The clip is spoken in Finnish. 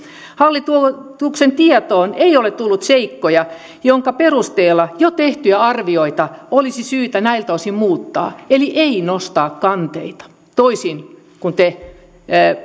hallituksen tietoon ei ole tullut seikkoja joiden perusteella jo tehtyjä arvioita olisi syytä näiltä osin muuttaa eli nostaa kanteita toisin kuin te